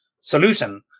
solution